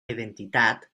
identitat